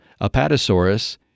Apatosaurus